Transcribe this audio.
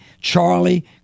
Charlie